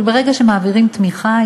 אבל ברגע שמעבירים תמיכה,